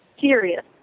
serious